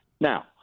Now